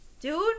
Dude